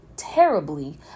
terribly